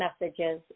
messages